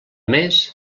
més